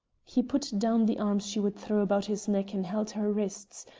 he put down the arms she would throw about his neck and held her wrists,